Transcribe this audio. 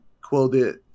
quoted